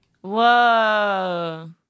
Whoa